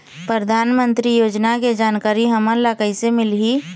परधानमंतरी योजना के जानकारी हमन ल कइसे मिलही?